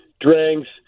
drinks